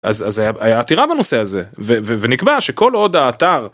‫אז הייתה עתירה בנושא הזה, ‫ונקבע שכל עוד האתר...